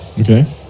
okay